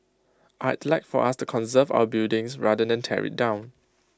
I'd like for us to conserve our buildings rather than tear IT down